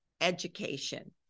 education